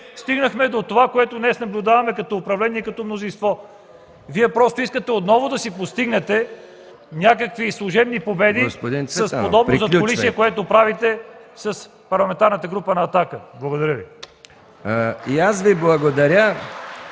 стигнахме до това, което днес наблюдаваме като управление и като мнозинство. Вие просто искате отново да постигнете някакви служебни победи с подобно задкулисие, което правите с Парламентарната група на „Атака”. Благодаря Ви. (Ръкопляскания